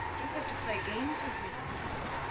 don't have to play games with me professor